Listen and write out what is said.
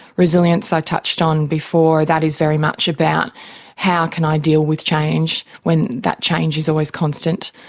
resilience i touched on before. that is very much about how can i deal with change when that change is always constant?